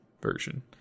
version